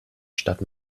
statt